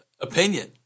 opinion